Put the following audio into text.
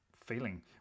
feeling